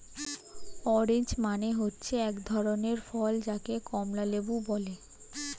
orange মানে হচ্ছে এক ধরনের ফল যাকে কমলা লেবু বলে